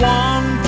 one